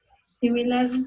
Similar